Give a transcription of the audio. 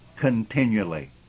continually